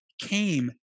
came